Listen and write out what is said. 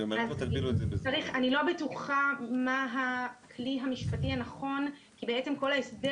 אני לא בטוחה מה הכלי המשפטי הנכון כי בעצם כל ההסדר